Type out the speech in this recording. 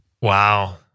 Wow